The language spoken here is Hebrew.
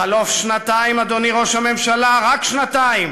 בחלוף שנתיים, אדוני ראש הממשלה, רק שנתיים,